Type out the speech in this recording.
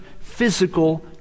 physical